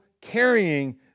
carrying